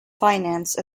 finance